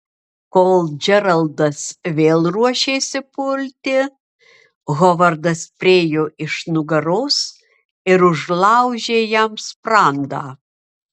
kol džeraldas vėl ruošėsi pulti hovardas priėjo iš nugaros ir užlaužė jam sprandą